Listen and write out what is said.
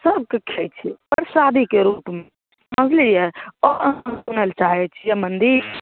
सबके खाइ छै प्रसादीके रूपमे समझलिए आओर अहाँ सुनैलए चाहै छिए मन्दिर